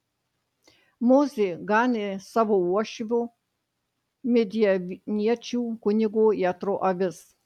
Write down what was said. mozė ganė savo uošvio midjaniečių kunigo jetro avis